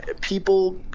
people